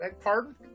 pardon